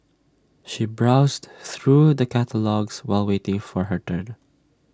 she browsed through the catalogues while waiting for her turn